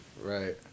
Right